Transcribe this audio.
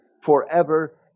forever